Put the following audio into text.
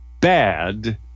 bad